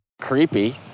Creepy